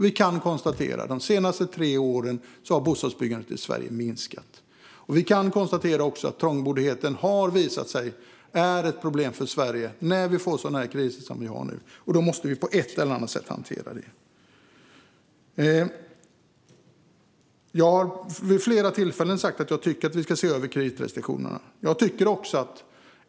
Vi kan konstatera att bostadsbyggandet i Sverige har minskat under de senaste tre åren. Vi kan också konstatera att trångboddheten har visat sig vara ett problem för Sverige när vi får sådana kriser som vi har nu. Då måste vi på ett eller annat sätt hantera detta. Jag har vid flera tillfällen sagt att jag tycker att vi ska se över kreditrestriktionerna.